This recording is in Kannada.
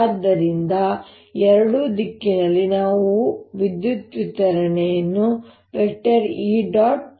ಆದ್ದರಿಂದ ಎರಡು ರೀತಿಯಲ್ಲಿ ನಾವು ವಿದ್ಯುತ್ ವಿತರಣೆಯನ್ನು E